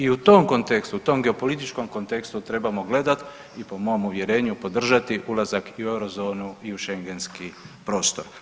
I u tom kontekstu, tom geopolitičkom kontekstu trebamo gledati i po mom uvjerenju podržati ulazak i u eurozonu i u Schengenski prostor.